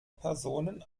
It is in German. personen